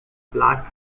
black